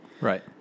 Right